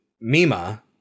Mima